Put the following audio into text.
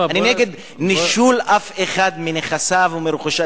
אני נגד נישול של אף אחד מנכסיו ומרכושו,